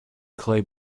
clay